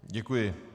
Děkuji.